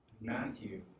Matthew